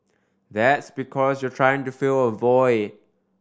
that's because you're trying to fill a void